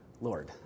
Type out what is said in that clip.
Lord